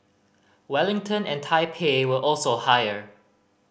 Wellington and Taipei were also higher